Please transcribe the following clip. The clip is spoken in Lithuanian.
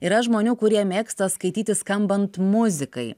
yra žmonių kurie mėgsta skaityti skambant muzikai